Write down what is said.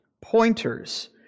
pointers